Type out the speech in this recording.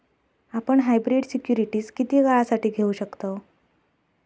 आपण hybrid securities किती काळासाठी घेऊ शकतव